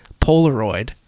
Polaroid